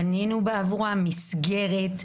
בנינו עבורם מסגרת,